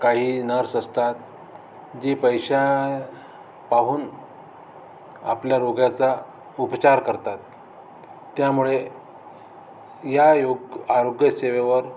काही नर्स असतात जी पैसा पाहून आपल्या रोग्याचा उपचार करतात त्यामुळे या योग आरोग्यसेवेवर